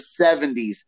70s